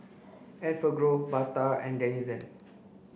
Enfagrow Bata and Denizen